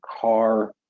car